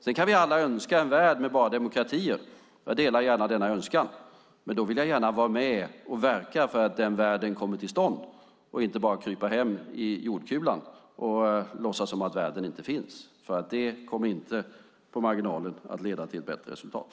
Sedan kan vi alla önska en värld med bara demokratier - jag delar gärna denna önskan - men då vill jag gärna vara med och verka för att den världen kommer till stånd och inte bara krypa hem till jordkulan och låtsas som att världen inte finns. Det kommer inte på marginalen att leda till ett bättre resultat.